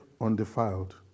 undefiled